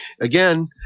Again